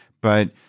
But-